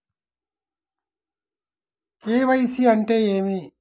KYC అంటే ఏమి?